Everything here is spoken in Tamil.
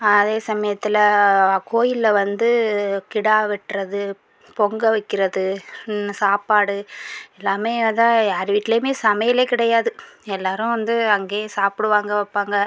அதே சமயத்தில் கோயிலில் வந்து கிடா வெட்டுறது பொங்கல் வைக்கிறது சாப்பாடு எல்லாமே அதான் யார் வீட்டிலுமே சமையல் கிடையாது எல்லோரும் வந்து அங்கேயே சாப்பிடுவாங்க வைப்பாங்க